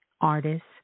artists